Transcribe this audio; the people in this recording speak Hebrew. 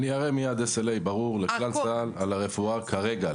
אראה מיד S.L.A ברור שיש לכל צה"ל על הרפואה כרגע.